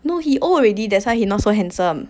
no he old already that's why he not so handsome